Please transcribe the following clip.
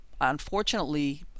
unfortunately